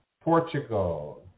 Portugal